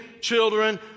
children